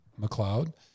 McLeod